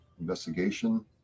investigation